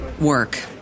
work